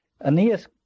Aeneas